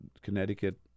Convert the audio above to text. Connecticut